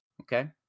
Okay